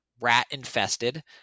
rat-infested